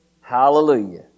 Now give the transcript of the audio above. Hallelujah